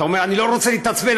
אתה אומר: אני לא רוצה להתעצבן,